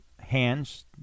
hands